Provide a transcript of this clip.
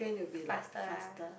faster ah